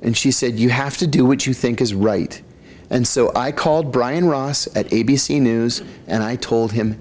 and she said you have to do what you think is right and so i called brian ross at a b c news and i told him